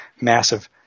massive